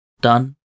done